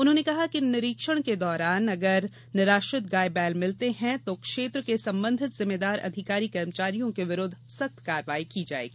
उन्होंने कहा कि निरीक्षण के दौरान अगर निराश्रित गाय बैल मिलते हैं तो क्षेत्र के संबंधित जिम्मेदार अधिकारी कर्मचारी के विरुद्ध सख्त कार्यवाही की जायेगी